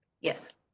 Yes